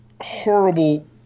horrible